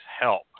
help